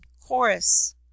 chorus